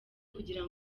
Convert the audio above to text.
kugira